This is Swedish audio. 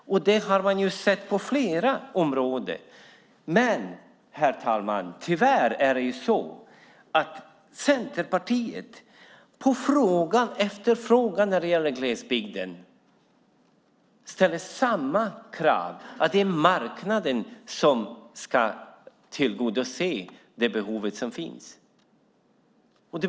Det har man kunnat se på flera områden, herr talman, men ändå ställer Centerpartiet i fråga efter fråga samma krav, att det är marknaden som ska tillgodose de behov som finns.